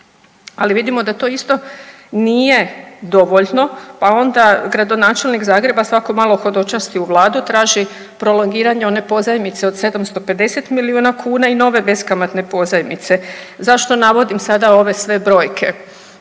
Ali vidimo da to isto nije dovoljno pa onda gradonačelnik Zagreba svako malo hodočasti u Vladu traži prolongiranje one pozajmice od 750 milijuna kuna i nove beskamatne pozajmice. Zašto navodim sada ove sve brojke?